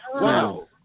Wow